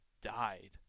died